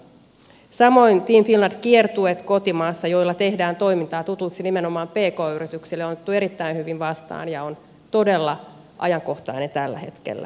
samoin team finland kiertueet kotimaassa joilla tehdään toimintaa tutuksi nimenomaan pk yrityksille on otettu erittäin hyvin vastaan ja ne ovat todella ajankohtaisia tällä hetkellä